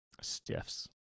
Stiffs